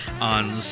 on